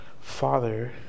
Father